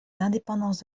d’indépendance